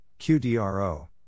QDRO